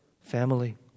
family